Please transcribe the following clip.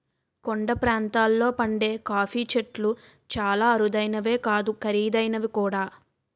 కొండ ప్రాంతాల్లో పండే కాఫీ చెట్లు చాలా అరుదైనవే కాదు ఖరీదైనవి కూడా